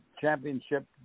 championship